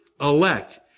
elect